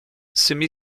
semi